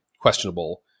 questionable